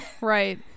Right